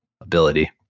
ability